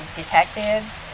detectives